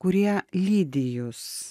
kurie lydi jus